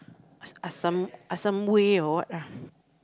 or what lah